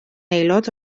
aelod